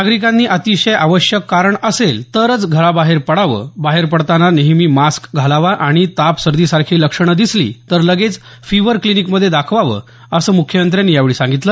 नागरिकांनी अतिशय आवश्यक कारण असेल तरच घराबाहेर पडावं बाहेर पडताना नेहमी मास्क घालावा आणि ताप सर्दीसारखी लक्षणं दिसली तर लगेच फीव्हर क्लिनिकमध्ये दाखवावं असं मुख्यमंत्र्यांनी यावेळी सांगितलं